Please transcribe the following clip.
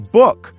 book